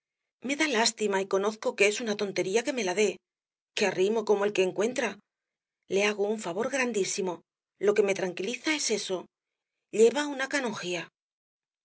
me da lástima y conozco que es una tontería que me la dé qué arrimo como el que encuentra le hago un favor grandísimo lo que me tranquiliza es eso lleva una canonjía